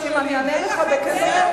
שהפלסטינים לא היו בשלים.